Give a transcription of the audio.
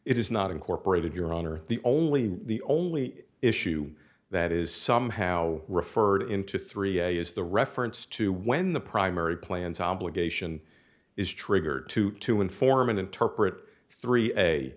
it is not incorporated your honor the only the only issue that is somehow referred into three is the reference to when the primary plan's obligation is triggered two to inform and interpret three a